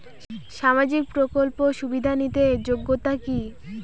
সামাজিক প্রকল্প সুবিধা নিতে যোগ্যতা কি?